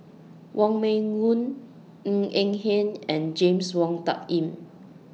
Wong Meng Voon Ng Eng Hen and James Wong Tuck Yim